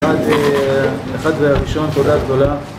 אחד אה.. אחד והראשון תודה גדולה